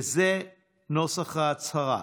וזה נוסח ההצהרה: